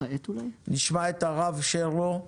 נשמע את הרב שרלו,